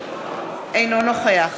אינו נוכח